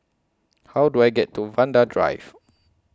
How Do I get to Vanda Drive